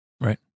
right